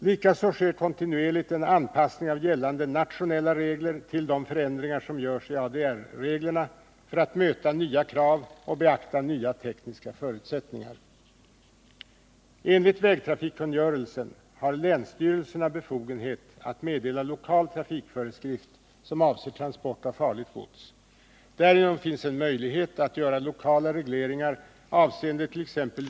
Likaså sker kontinuerligt en anpassning av gällande nationella regler till de förändringar som görs i ADR-reglerna för att möta nya krav och beakta nya tekniska förutsättningar. Enligt vägtrafikkungörelsen har länsstyrelserna befogenhet att Nr 29 meddela lokal trafikföreskrift som avser transport av farligt gods. Därigenom finns en möjlighet att göra lokala regleringar avseendet.ex.